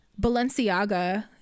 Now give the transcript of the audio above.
balenciaga